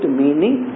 meaning